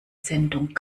sendung